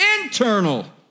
internal